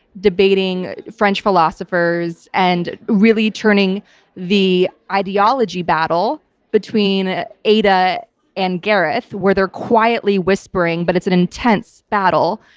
debating french philosophers and really turning the ideology battle between ada and gareth, where they're quietly whispering but it's an intense battle.